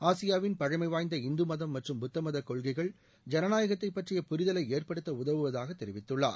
ஆசியாவின் பழமைவாய்ந்த இந்து மதம் மற்றும் புத்தமதக் கொள்கைகள் ஜனநாயகத்தைப் பற்றிய புரிதலை ஏற்படுத்த உதவுவதாக தெரிவித்துள்ளார்